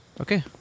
Okay